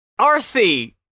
RC